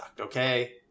okay